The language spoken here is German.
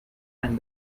ein